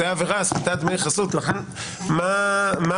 זה העבירה.